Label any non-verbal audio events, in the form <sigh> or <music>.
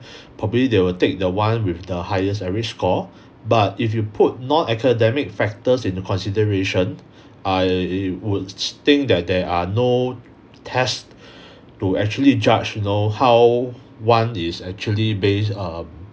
<breath> probably they will take the one with the highest average score but if you put non-academic factors into consideration I would think that there are no test <breath> to actually judge you know how one is actually based um